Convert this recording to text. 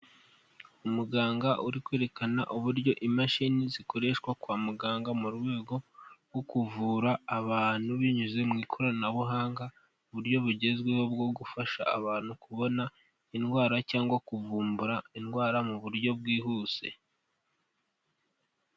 Umuganga uri kwerekana uburyo imashini zikoreshwa kwa muganga mu rwego rwo kuvura abantu binyuze mu ikoranabuhanga, uburyo bugezweho bwo gufasha abantu kubona indwara cyangwa kuvumbura indwara mu buryo bwihuse.